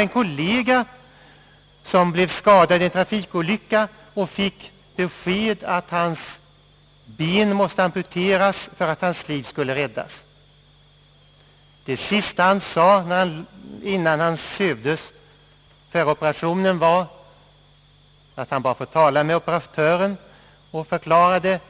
En kollega till mig blev skadad i en trafikolycka och fick beskedet att hans ben måste amputeras för att hans liv skulle kunna räddas, Det sista han sade innan han sövdes före operationen var att